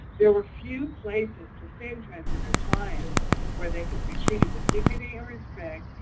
there were few places to send transgender clients where they could be treated with dignity and respect,